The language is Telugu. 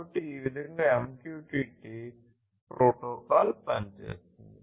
కాబట్టి ఈ విధంగా MQTT ప్రోటోకాల్ పనిచేస్తుంది